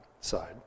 side